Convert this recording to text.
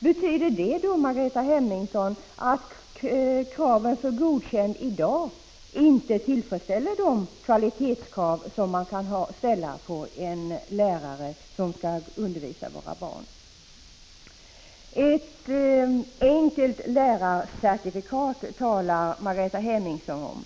Betyder det att kraven för Godkänt i dag inte motsvarar de kvalitetskrav som kan ställas på en lärare som skall undervisa våra barn? Ett enkelt lärarcertifikat talar Margareta Hemmingsson om.